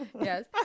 Yes